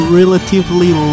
relatively